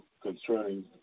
concerning